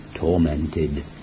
tormented